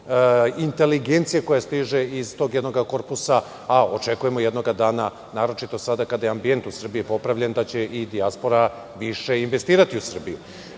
inteligencije koja stiže iz tog jednog korpusa, a očekujemo jednoga dana, naročito sada kada je ambijent u Srbiji popravljen, da će i dijaspora više investirati u Srbiju. Dobro